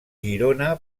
girona